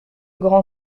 grand